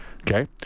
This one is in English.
Okay